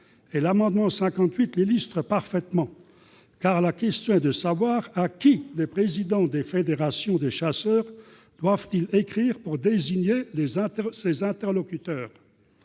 de l'amendement n° 58 rectifié illustrent parfaitement ! En effet, la question est de savoir à qui les présidents des fédérations des chasseurs doivent écrire pour désigner leurs interlocuteurs.